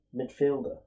Midfielder